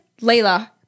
Layla